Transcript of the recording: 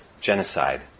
genocide